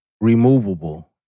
removable